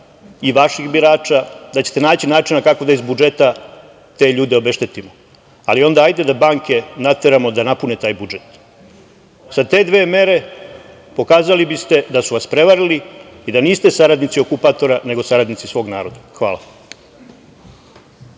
i vaših birača, da ćete naći načina kako da iz budžeta te ljude obeštetimo, ali onda hajde da banke nateramo da napune taj budžet. Sa te dve mere pokazali biste da su vas prevarili i da niste saradnici okupatora, nego saradnici svog naroda. Hvala.